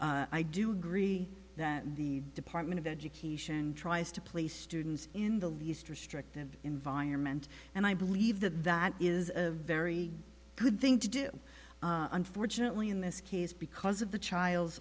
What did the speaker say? all i do agree that the department of education tries to place students in the least restrictive environment and i believe that that is a very good thing to do unfortunately in this case because of the child's